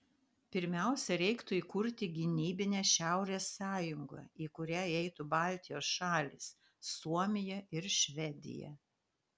pirmiausia reiktų įkurti gynybinę šiaurės sąjungą į kurią įeitų baltijos šalys suomija ir švedija